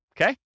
okay